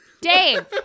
Dave